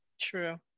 True